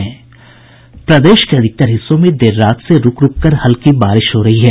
प्रदेश के अधिकतर हिस्सों में देर रात से रूक रूक कर हल्की बारिश हो रही है